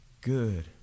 good